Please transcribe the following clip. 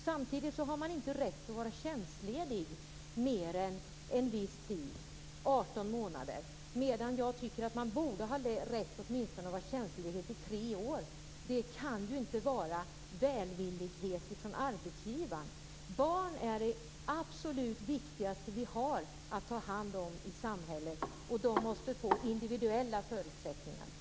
Samtidigt har man inte rätt att vara tjänstledig mer än 18 månader, medan jag tycker att man borde ha rätt att vara tjänstledig åtminstone tre år. Det kan inte vara så att man skall vara beroende av välvillighet från arbetsgivaren. Barn är det absolut viktigaste vi har att ta hand om i samhället, och de måste få individuella förutsättningar.